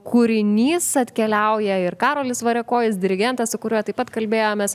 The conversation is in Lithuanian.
kūrinys atkeliauja ir karolis variakojis dirigentas su kuriuo taip pat kalbėjomės